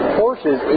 horses